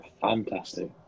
Fantastic